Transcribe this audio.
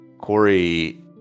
corey